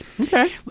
okay